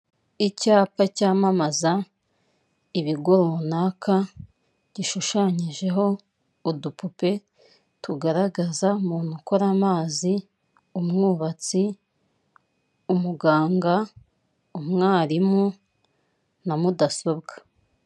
Icyapa cyamamaza ibigo runaka, gishushanyijeho udupupe tugaragaza: umuntu ukora amazi, umwubatsi, umuganga, umwarimu na mudasobwa.